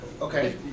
Okay